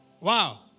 Wow